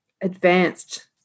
advanced